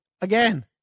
again